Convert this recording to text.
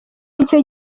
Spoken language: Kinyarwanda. icyo